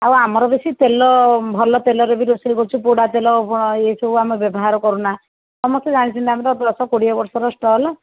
ଆଉ ଆମର ବେଶୀ ତେଲ ଭଲ ତେଲରେ ବି ରୋଷେଇ କରୁଛୁ ପୋଡ଼ାତେଲ ଏସବୁ ଆମେ ବ୍ୟବହାର କରୁନା ସମସ୍ତେ ଜାଣିଛନ୍ତି ଆମର ଦଶ କୋଡ଼ିଏ ବର୍ଷର ଷ୍ଟଲ